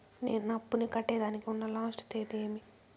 నేను నా అప్పుని కట్టేదానికి ఉన్న లాస్ట్ తేది ఏమి?